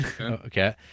Okay